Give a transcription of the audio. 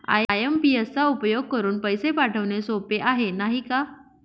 IMPS चा उपयोग करुन पैसे पाठवणे सोपे आहे, नाही का